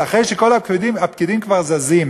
אחרי שכל הפקידים כבר זזים,